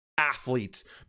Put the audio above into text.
athletes